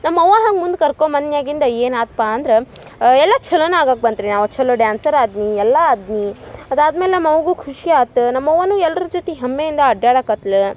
ನಮ್ಮವ್ವ ಹಂಗೆ ಮುಂದ ಕರ್ಕೊಂಬನ್ಯಾಗಿಂದ ಏನಾತ್ಪ ಅಂದ್ರ ಎಲ್ಲ ಛಲೋನ ಆಗಕ್ಕೆ ಬಂತ ರೀ ನಾವು ಛಲೋ ಡ್ಯಾನ್ಸರ್ ಆದ್ನೀ ಎಲ್ಲ ಆದ್ನೀ ಅದು ಆದ್ಮೇಲೆ ನಮ್ಮವ್ಗು ಖುಷಿ ಆತ ನಮ್ಮವ್ವನು ಎಲ್ಲರು ಜೊತೆ ಹೆಮ್ಮೆಯಿಂದ ಅಡ್ಯಾಡಕತ್ಲ